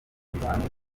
zisanzwe